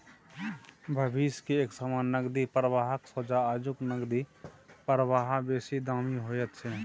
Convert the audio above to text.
भविष्य के एक समान नकदी प्रवाहक सोंझा आजुक नकदी प्रवाह बेसी दामी होइत छै